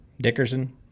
Dickerson